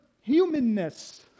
humanness